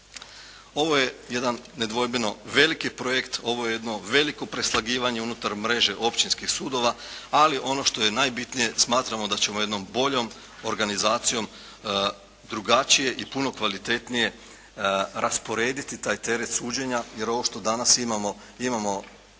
Ovo je jedan nedvojbeno veliki projekt, ovo je jedno veliko preslagivanje unutar mreže općinskih sudova ali ono što je najbitnije smatramo da ćemo jednom boljom organizacijom drugačije i puno kvalitetnije rasporediti taj teret suđenja jer ovo što danas imamo imamo